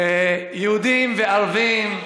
יהודים וערבים,